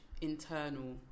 internal